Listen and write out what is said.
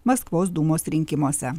maskvos dūmos rinkimuose